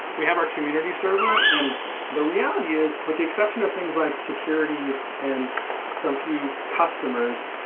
we have our community server, and the reality is, with the exception of things like security and some few customers,